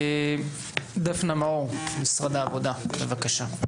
דפנה מאור, משרד העבודה, בבקשה.